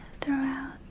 throughout